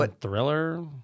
Thriller